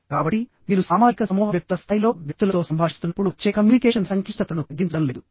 కాబట్టి మీరు సామాజిక సమూహ వ్యక్తుల స్థాయిలో వ్యక్తులతో సంభాషిస్తున్నప్పుడు వచ్చే కమ్యూనికేషన్ సంక్లిష్టతలను తగ్గించడం లేదు